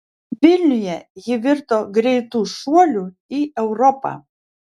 vilniuje ji virto greitu šuoliu į europą